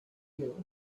you